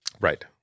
Right